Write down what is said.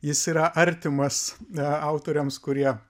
jis yra artimas autoriams kurie